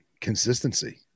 consistency